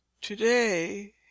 Today